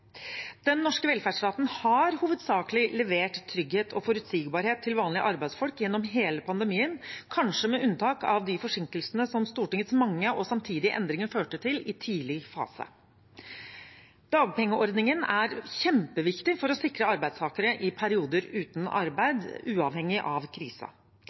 Den norske velferdsstaten har hovedsakelig levert trygghet og forutsigbarhet til vanlige arbeidsfolk gjennom hele pandemien, kanskje med unntak av de forsinkelsene som Stortingets mange og samtidige endringer førte til i tidlig fase. Dagpengeordningen er kjempeviktig for å sikre arbeidstakere i perioder uten arbeid, uavhengig av